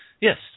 yes